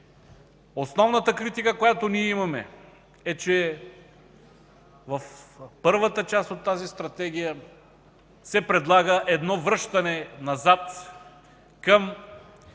Основната критика, която имаме, е че в първата част от тази Стратегия се предлага едно връщане назад към